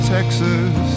Texas